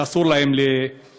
שאסור להם לדוג.